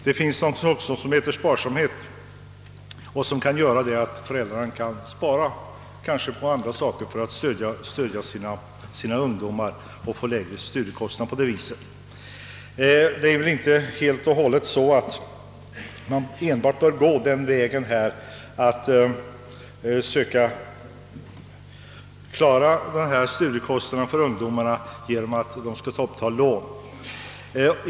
Det finns också någonting som heter sparsamhet. Föräldrarna kan spara, kanske på andra saker, för att stödja sina ungdomar så att dessa på det viset får lägre studiekostnader. Det är väl inte helt och hållet så att man enbart bör gå den här vägen att söka klara studiekostnaden för ungdomarna genom att de skall ta upp lån.